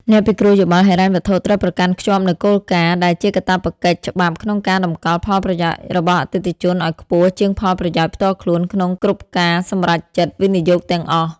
អ្នកពិគ្រោះយោបល់ហិរញ្ញវត្ថុត្រូវប្រកាន់ខ្ជាប់នូវគោលការណ៍ ដែលជាកាតព្វកិច្ចច្បាប់ក្នុងការតម្កល់ផលប្រយោជន៍របស់អតិថិជនឱ្យខ្ពស់ជាងផលប្រយោជន៍ផ្ទាល់ខ្លួនក្នុងគ្រប់ការសម្រេចចិត្តវិនិយោគទាំងអស់។